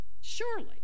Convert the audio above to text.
Surely